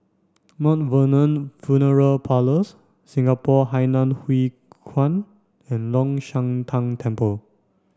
Vernon Funeral Parlours Singapore Hainan Hwee Kuan and Long Shan Tang Temple